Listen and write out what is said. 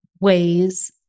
ways